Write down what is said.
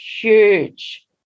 huge